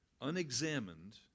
unexamined